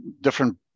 different